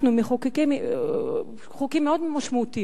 אנחנו מחוקקים חוקים מאוד משמעותיים.